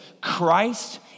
Christ